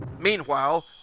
Meanwhile